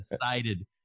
decided